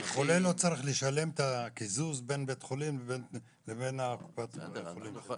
חולה לא צריך לשלם את הקיזוז בין בית חולים לבין קופת חולים.